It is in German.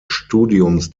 studiums